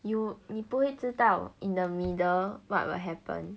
you 你不会知道 in the middle what will happen